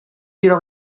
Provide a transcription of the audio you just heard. quiero